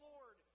Lord